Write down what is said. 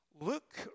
Luke